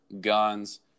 guns